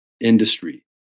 industry